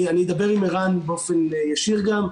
שאני אדבר עם ערן באופן ישיר גם,